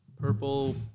purple